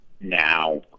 now